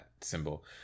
symbol